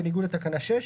בניגוד לתקנה 6,